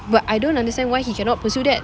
but I don't understand why he cannot pursue that